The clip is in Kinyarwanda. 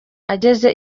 ageze